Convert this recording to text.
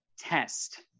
test